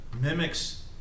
Mimics